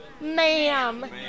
ma'am